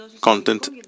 content